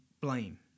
blame